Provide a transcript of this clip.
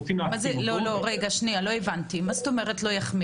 מה זאת אומרת "לא יחמיר"?